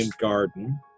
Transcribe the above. garden